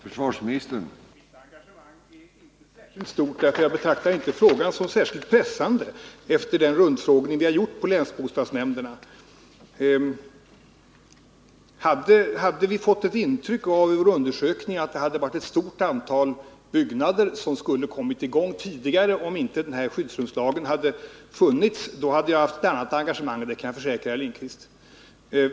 Herr talman! Mitt engagemang är inte så stort, för jag betraktar inte frågan som särskilt pressande efter den rundfråga vi gjort på länsbostadsnämnderna. Hade vi vid vår undersökning fått ett intryck av att det varit ett stort antal byggen som skulle ha kommit i gång tidigare, om inte den här skyddsrumslagen funnits, så hade jag haft ett annat engagemang — det kan jag försäkra herr Lindkvist.